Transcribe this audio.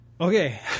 Okay